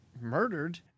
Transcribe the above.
murdered